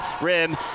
rim